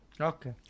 okay